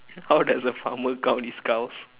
how does a farmer count his cows